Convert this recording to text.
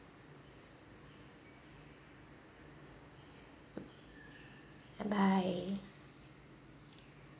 bye